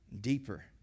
deeper